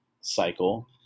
cycle